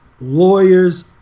lawyers